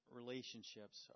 relationships